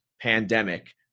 pandemic